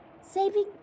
Saving